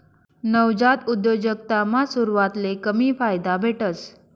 नवजात उद्योजकतामा सुरवातले कमी फायदा भेटस